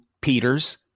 peters